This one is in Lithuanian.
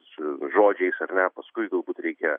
su žodžiais ar ne paskui galbūt reikia